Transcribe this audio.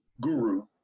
guru